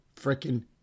freaking